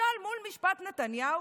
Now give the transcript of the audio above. למשל מול משפט נתניהו,